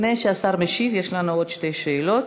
לפני שהשר משיב יש לנו עוד שתי שאלות.